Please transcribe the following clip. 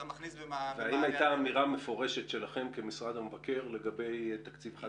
מכניס --- האם יש נקיטת עמדה מפורשת של משרד המבקר בסוגיה זו?